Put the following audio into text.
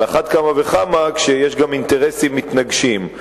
על אחת כמה וכמה כשיש גם אינטרסים מתנגשים.